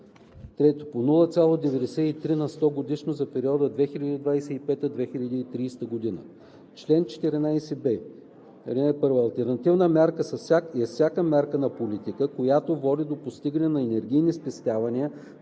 г.; 3. по 0,93 на сто годишно за периода 2025 – 2030 г. Чл. 14б. (1) Алтернативна мярка е всяка мярка на политика, която води до постигане на енергийни спестявания